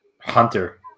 Hunter